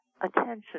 attention